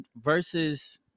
versus